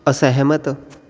ਅਸਹਿਮਤ